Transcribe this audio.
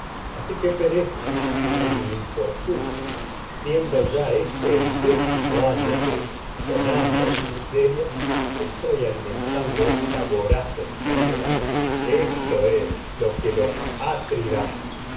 asi que perezco mi infortunio y siendo ya éste el décimo año que voraz con hambre mise es ria estoy alimentando esta enfermedad esto lo que